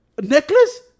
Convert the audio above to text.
necklace